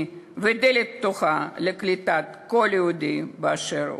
ודלת פתוחה לקליטת כל יהודי באשר הוא.